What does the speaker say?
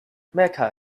mecca